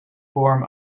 form